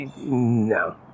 no